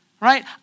right